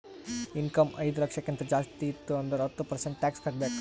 income ಐಯ್ದ ಲಕ್ಷಕ್ಕಿಂತ ಜಾಸ್ತಿ ಇತ್ತು ಅಂದುರ್ ಹತ್ತ ಪರ್ಸೆಂಟ್ ಟ್ಯಾಕ್ಸ್ ಕಟ್ಟಬೇಕ್